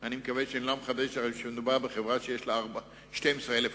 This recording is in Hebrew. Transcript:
אני מקווה שאני לא מחדש לכם שמדובר בחברה שיש בה 12,000 עובדים,